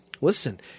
listen